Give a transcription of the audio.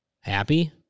happy